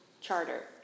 charter